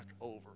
over